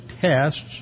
tests